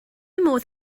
modd